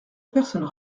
personne